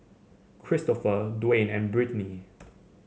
Cristofer Dwane and Brittny